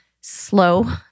slow